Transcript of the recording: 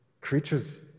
creatures